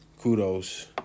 Kudos